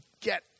get